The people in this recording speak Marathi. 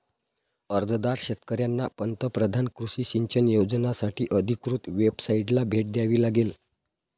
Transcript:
अर्जदार शेतकऱ्यांना पंतप्रधान कृषी सिंचन योजनासाठी अधिकृत वेबसाइटला भेट द्यावी लागेल